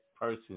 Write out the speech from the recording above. person